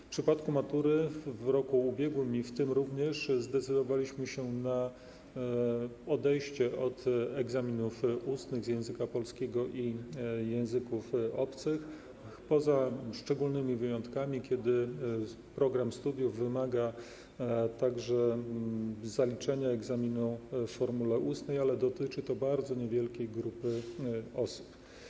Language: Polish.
W przypadku matury w roku ubiegłym i w tym zdecydowaliśmy się na odejście od egzaminów ustnych z języka polskiego i języków obcych, poza szczególnymi wyjątkami, kiedy program studiów wymaga także zaliczenia egzaminu w formule ustnej, ale dotyczy to bardzo niewielkiej grupy osób.